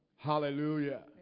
Hallelujah